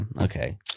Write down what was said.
okay